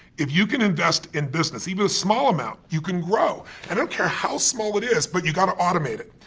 if you can invest in business, even a small amount, you can grow. and i don't care how small it is, but you've got to automate it.